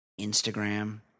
Instagram